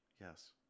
Yes